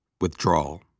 Withdrawal